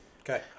Okay